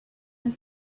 and